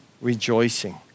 rejoicing